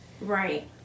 Right